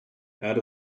out